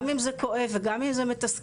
גם אם זה כואב וגם אם זה מתסכל,